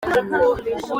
ubu